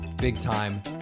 big-time